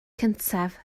cyntaf